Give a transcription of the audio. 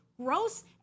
Gross